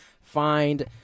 Find